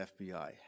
FBI